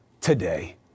today